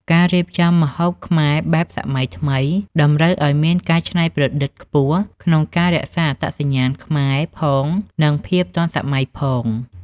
ការរៀបចំម្ហូបខ្មែរបែបសម័យថ្មី តម្រូវឱ្យមានការច្នៃប្រឌិតខ្ពស់ក្នុងការរក្សាអត្តសញ្ញាណខ្មែរ ផង និងភាពទាន់សម័យ ផង។